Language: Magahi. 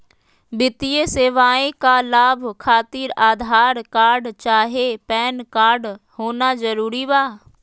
वित्तीय सेवाएं का लाभ खातिर आधार कार्ड चाहे पैन कार्ड होना जरूरी बा?